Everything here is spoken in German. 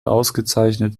ausgezeichnet